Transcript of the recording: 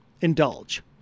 indulge